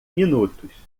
minutos